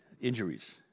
injuries